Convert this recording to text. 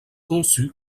conçu